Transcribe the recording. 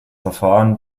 verfahren